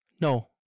No